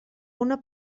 una